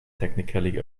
technically